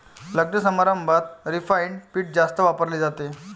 लग्नसमारंभात रिफाइंड पीठ जास्त वापरले जाते